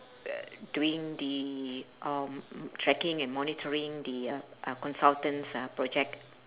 doing the um tracking and monitoring the uh consultant's uh project